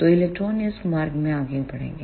तो इलेक्ट्रॉन इस मार्ग में आगे बढ़ेगा